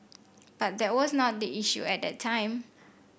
but that was not the issue at that time